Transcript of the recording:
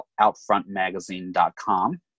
outfrontmagazine.com